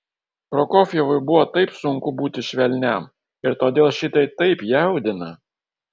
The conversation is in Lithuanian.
prokofjevui buvo taip sunku būti švelniam ir todėl šitai taip jaudina